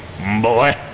Boy